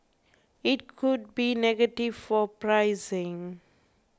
it could be negative for pricing